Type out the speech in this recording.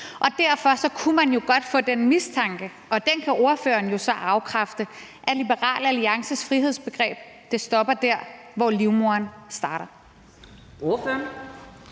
Derfor kunne man jo godt få den mistanke, og den kan ordføreren jo så afkræfte, at Liberal Alliances frihedsbegreb stopper der, hvor livmoren starter. Kl.